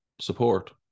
support